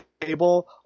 table